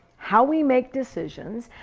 how we make decisions,